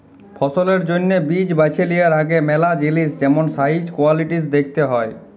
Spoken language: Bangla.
ফসলের জ্যনহে বীজ বাছে লিয়ার আগে ম্যালা জিলিস যেমল সাইজ, কোয়ালিটিজ দ্যাখতে হ্যয়